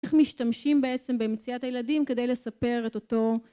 איך משתמשים בעצם במציאת הילדים כדי לספר את אותו